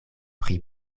pri